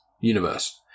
universe